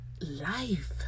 life